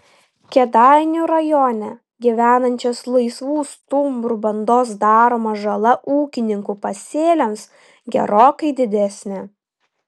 kėdainių rajone gyvenančios laisvų stumbrų bandos daroma žala ūkininkų pasėliams gerokai didesnė